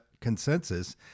consensus